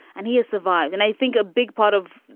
and he has survived. and i think a big part of,